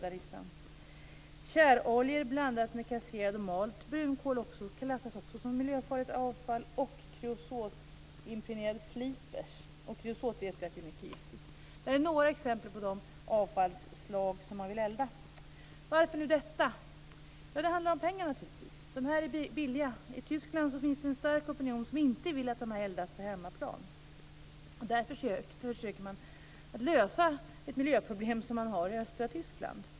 Det handlar om tjäroljor blandade med kasserad och mald brunkol, som också klassas som miljöfarligt avfall, och kreosotimpregnerade sliprar. Och vi vet att kreosot är mycket giftigt. Detta är några exempel på de avfallsslag som man vill elda. Varför vill man göra detta? Det handlar naturligtvis om pengar. Detta är billigt. I Tyskland finns det en stark opinion som inte vill att detta eldas på hemmaplan. Därför försöker man lösa ett miljöproblem som man har i östra Tyskland.